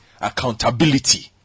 accountability